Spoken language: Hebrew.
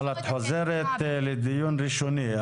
אבל את חוזרת לדיון ראשוני.